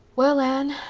well, anne,